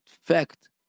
fact